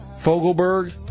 Fogelberg